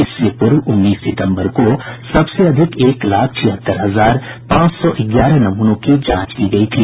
इससे पूर्व उन्नीस सितम्बर को सबसे अधिक एक लाख छिहत्तर हजार पांच सौ ग्यारह नमूनों की जांच की गयी थी